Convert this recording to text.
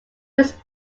was